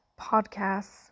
podcasts